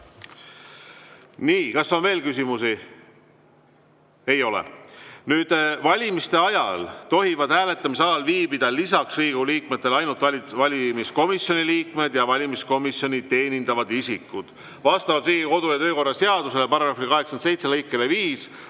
Nii, kas on veel küsimusi? Ei ole. Valimiste ajal tohivad hääletamisalal viibida lisaks Riigikogu liikmetele ainult valimiskomisjoni liikmed ja valimiskomisjoni teenindavad isikud. Vastavalt Riigikogu kodu‑ ja töökorra seaduse § 87